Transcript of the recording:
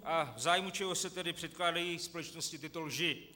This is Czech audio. V zájmu čeho se tedy předkládají společnosti tyto lži?